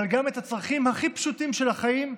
אבל גם את הצרכים הכי פשוטים של החיים,